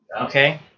okay